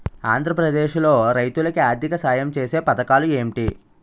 ఆంధ్రప్రదేశ్ లో రైతులు కి ఆర్థిక సాయం ఛేసే పథకాలు ఏంటి?